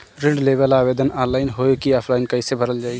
ऋण लेवेला आवेदन ऑनलाइन होई की ऑफलाइन कइसे भरल जाई?